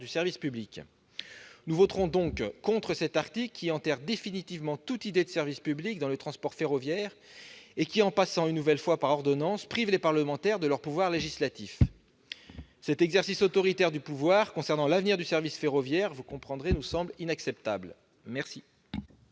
service public. Nous voterons donc contre cet article qui enterre définitivement toute idée de service public dans le transport ferroviaire et qui, en organisant une nouvelle fois le passage par voie d'ordonnance, prive les parlementaires de leur pouvoir législatif. Vous comprendrez que cet exercice autoritaire du pouvoir, concernant l'avenir du service ferroviaire, nous semble inacceptable. La